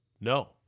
No